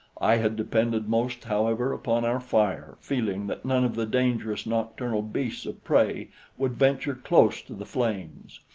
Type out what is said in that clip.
i had depended most, however, upon our fire, feeling that none of the dangerous nocturnal beasts of prey would venture close to the flames.